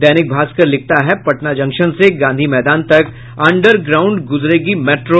दैनिक भास्कर लिखता है पटना जंक्शन से गांधी मैदान तक अंडर ग्राउंड गुजरेगी मेट्रो